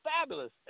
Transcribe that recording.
fabulous